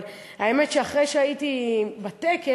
אבל האמת היא שאחרי שהייתי בטקס,